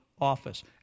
office